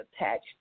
attached